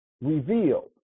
revealed